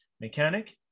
mechanic